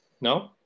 No